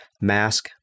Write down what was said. mask